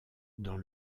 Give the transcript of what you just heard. dans